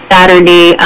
Saturday